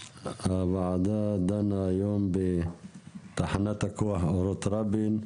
הוועדה דנה היום בתחנת הכוח אורות רבין,